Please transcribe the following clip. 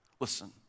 Listen